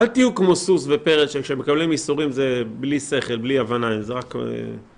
אל תהיו כמו סוס ופרד, שכשהם מקבלים ייסורים זה בלי שכל, בלי הבנה, זה רק...